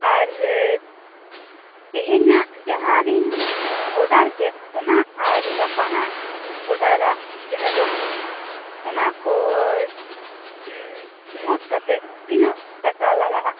ᱟᱨ ᱛᱮᱦᱮᱧᱟᱸᱜ ᱡᱟᱦᱟᱸᱞᱤᱧ ᱚᱰᱟᱨ ᱠᱮᱫ ᱚᱱᱟ ᱟᱨ ᱜᱟᱯᱟᱱᱟᱜ ᱚᱰᱟᱨᱟᱜ ᱡᱟᱦᱟᱸ ᱡᱚᱢ ᱡᱤᱱᱤᱥ ᱚᱱᱟᱠᱚ ᱩᱸ ᱢᱳᱴ ᱠᱟᱛᱮᱫ ᱛᱤᱱᱟ ᱜ ᱴᱟᱠᱟ ᱞᱟᱜᱟᱜ ᱟ